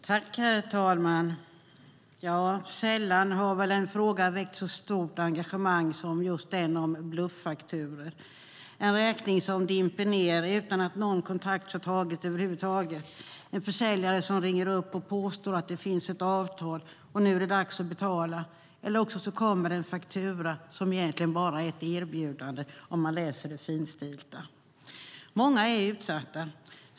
Herr talman! Sällan har väl en fråga väckt så stort engagemang som den om bluffakturor. En räkning dimper ned utan att någon tidigare kontakt tagits över huvud taget, en försäljare ringer upp och påstår att det finns ett avtal och att det nu är dags att betala, eller så kommer en faktura som egentligen bara är ett erbjudande om man läser det finstilta. Många är utsatta.